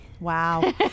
Wow